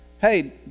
hey